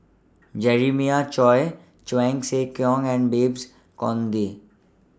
Jeremiah Choy Cheong Siew Keong and Babes Conde